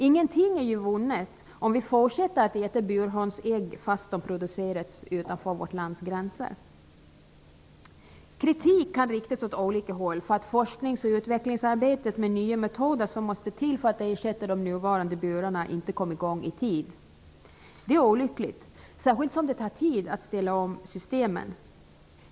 Ingenting är ju vunnet om vi fortsätter att äta burhönsägg fast de produceras utanför vårt lands gränser. Kritik kan riktas åt olika håll för att det forskningsoch utvecklingsarbete med nya metoder som måste till för att ersätta de nuvarande burarna inte kom i gång i tid. Det är olyckligt, särskilt som det tar tid att ställa om systemen.